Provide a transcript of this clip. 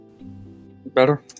Better